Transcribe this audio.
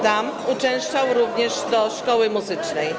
Tam uczęszczał również do szkoły muzycznej.